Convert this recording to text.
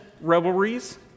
revelries